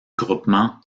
groupement